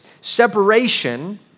separation